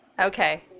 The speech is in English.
Okay